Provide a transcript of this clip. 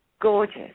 gorgeous